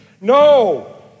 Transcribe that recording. No